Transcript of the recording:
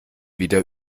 wieder